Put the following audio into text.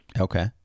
Okay